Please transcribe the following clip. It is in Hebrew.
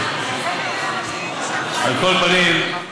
על כל פנים,